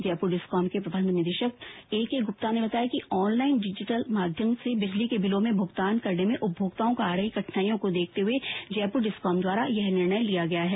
Jaipur discom के प्रबन्ध निदेशक ऐकेगुप्ता ने बताया कि ऑनलाईन डिजिटल माध्यम से बिजली बिलों के भूगतान करने में उपभोक्ताओं को आ रही कठिनाईयों को देखते हुए जयपुर डिस्कॉम द्वारा यह निर्णय लिया गया है